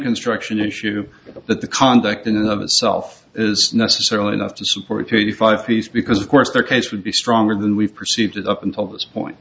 construction issue that the conduct in and of itself is necessarily enough to support a five piece because of course the case would be stronger than we've perceived it up until this point